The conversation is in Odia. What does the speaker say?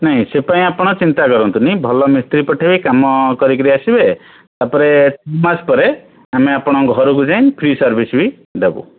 ନାଇଁ ସେ ପାଇଁ ଆପଣ ଚିନ୍ତା କରନ୍ତୁନି ଭଲ ମିସ୍ତ୍ରୀ ପଠାଇବି କାମ କରିକିରି ଆସିବେ ତାପରେ ଦୁଇମାସ ପରେ ଆମେ ଆପଣଙ୍କ ଘରକୁ ଯାଇଁ ଫ୍ରି ସର୍ଭିସ୍ ବି ଦେବୁ